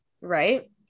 right